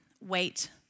wait